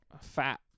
fat